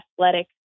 athletic